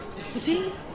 see